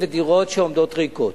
משרדים ודירות שעומדות ריקות,